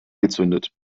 gezündet